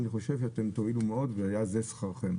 אני חושב שאתם תועילו מאוד ויהיה זה שכרכם.